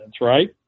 right